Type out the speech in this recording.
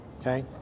okay